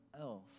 else